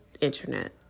internet